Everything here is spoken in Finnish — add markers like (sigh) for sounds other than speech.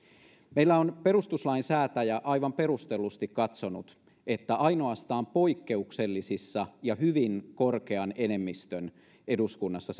meillä on perustuslain säätäjä aivan perustellusti katsonut että ainoastaan poikkeuksellisissa tapauksissa ja hyvin korkean enemmistön eduskunnassa (unintelligible)